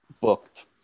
booked